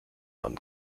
von